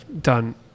done